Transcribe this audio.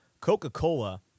Coca-Cola